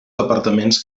departaments